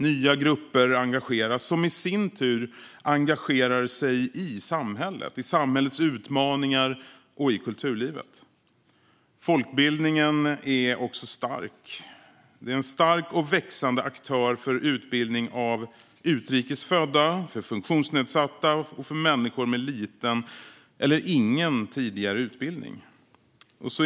Nya grupper engageras, och de engagerar sig i sin tur i samhället - i samhällets utmaningar och i kulturlivet. Folkbildningen är också en stark och växande aktör för utbildning av utrikes födda, för funktionsnedsatta och för människor med liten eller ingen tidigare utbildning.